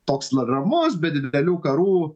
toks na ramus be didelių karų